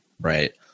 Right